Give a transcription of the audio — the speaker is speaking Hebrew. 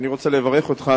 אני רוצה לברך אותך,